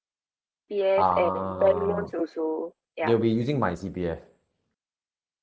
a'ah they'll be using my C_P_F